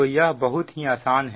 तो यह बहुत ही आसान है